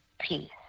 peace